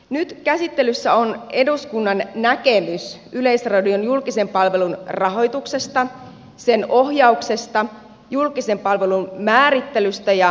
nyt käsittelyssä on eduskunnan näkemys yleisradion julkisen palvelun rahoituksesta sen ohjauksesta julkisen palvelun määrittelystä ja valvonnasta